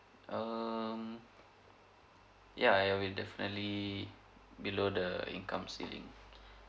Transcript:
um ya ya we definitely below the incomes ceiling